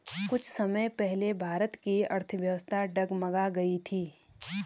कुछ समय पहले भारत की अर्थव्यवस्था डगमगा गयी थी